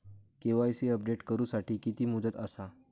KYC update करू साठी किती मुदत आसा?